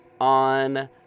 on